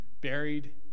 buried